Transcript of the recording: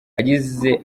yagize